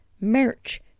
merch